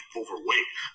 overweight